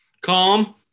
Calm